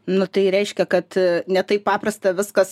nu tai reiškia kad ne taip paprasta viskas